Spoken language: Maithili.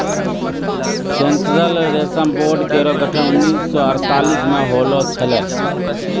सेंट्रल रेशम बोर्ड केरो गठन उन्नीस सौ अड़तालीस म होलो छलै